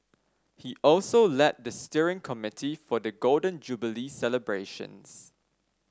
he also led the steering committee for the Golden Jubilee celebrations